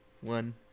one